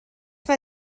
mae